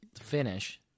finish